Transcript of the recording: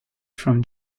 from